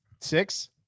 Six